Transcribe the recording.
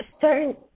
certain